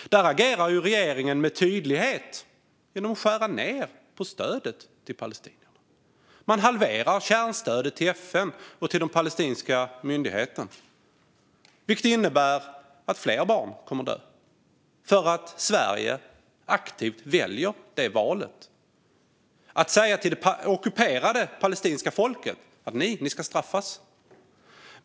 Regeringen agerar med tydlighet genom att skära ned på stödet till Palestina. Man halverar kärnstödet till FN och till den palestinska myndigheten. Det innebär att fler barn kommer att dö för att Sverige aktivt gör det valet. Man kan säga till det ockuperade palestinska folket: Ni ska straffas.